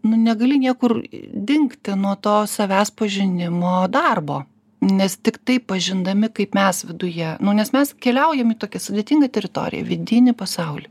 nu negali niekur dingti nuo to savęs pažinimo darbo nes tiktai pažindami kaip mes viduje nu nes mes keliaujam į tokį sudėtingą teritoriją vidinį pasaulį